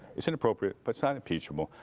it's inappropriate, but not impeachable.